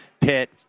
Pitt